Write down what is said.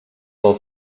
pel